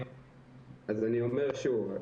אני אומר שוב,